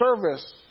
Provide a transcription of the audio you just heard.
service